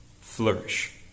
flourish